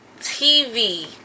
TV